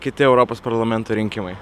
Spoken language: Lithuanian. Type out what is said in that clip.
kiti europos parlamento rinkimai